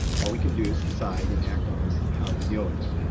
all we can do is decide and act on how we deal with it.